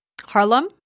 Harlem